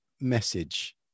message